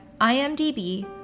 IMDb